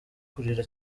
kurira